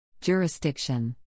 Jurisdiction